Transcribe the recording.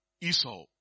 Esau